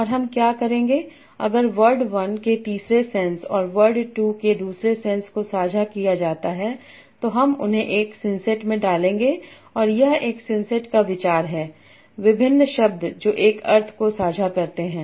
और हम क्या करेंगे अगर वर्ड 1 के तीसरे सेंस और वर्ड 2 के दूसरे सेंस को साझा किया जाता है तो हम उन्हें एक सिंसेट में डालेंगे और यह एक सिंसेट का विचार है विभिन्न शब्द जो एक अर्थ को साझा करते हैं